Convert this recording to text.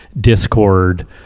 Discord